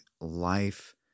life